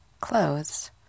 Clothes